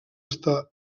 estar